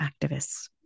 activists